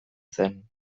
zen